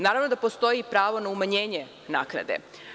Naravno da postoji i pravo na umanjenje naknade.